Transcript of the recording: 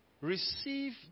Receive